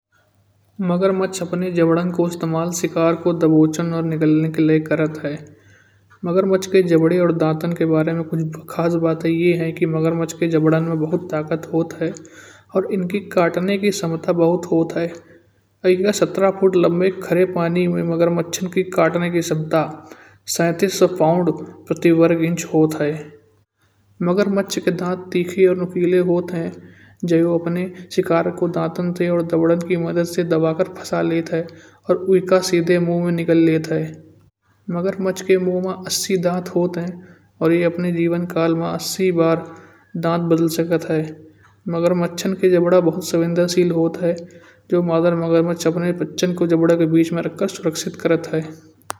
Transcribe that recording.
मगरमच्छ अपने जबड़ों को इस्तेमाल शिकार को दबोचन और निगलने के लिए करते हैं। मगरमच्छ के जबड़े और दांतों के बारे में कुछ खास बात यह है कि मगरमच्छ का जबड़ा बहुत ताकतवर होता है और इनके काटने की क्षमता बहुत होती है। इनका सत्रह फुट लंबे खारे पानी में मगरमच्छों के काटने की क्षमता तीन हज़ार सात सौ पाउण्ड प्रति वर्ग इंच होती है। मगरमच्छ के दांत ठीक और नुकीले होते हैं। जाए वो अपने शिकार को दांतों और जबड़े की मदद से दबाकर फँसा लेते हैं और उसे सीधे मुँह में निकाल लेते हैं। मगरमच्छ के मुँह में अस्सी दांत होते हैं और यह अपने जीवन काल में अस्सी बार दांत बदल सकते हैं। मगरमच्छों के जबड़े बहुत संवेदनशील होते हैं। जो मगरमच्छ अपने बच्चों को जबड़े के बीच में रख कर सुरक्षित करते हैं।